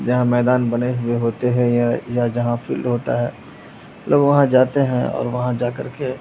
جہاں میدان بنے ہوئے ہوتے ہیں یا یا جہاں فیلڈ ہوتا ہے لوگ وہاں جاتے ہیں اور وہاں جا کر کے